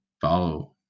follow